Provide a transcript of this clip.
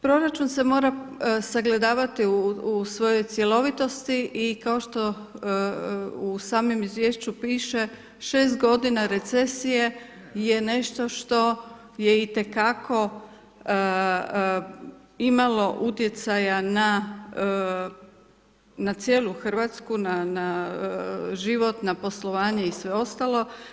Proračun se mora sagledavati u svojoj cjelovitosti i kao što u samom izvješću piše 6 godina recesije je nešto što je itekako imalo utjecaja na cijelu Hrvatsku, na život, na poslovanje i sve ostalo.